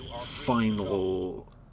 final